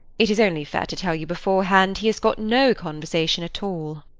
it is only fair to tell you beforehand he has got no conversation at all.